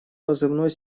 позывной